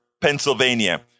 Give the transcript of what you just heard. Pennsylvania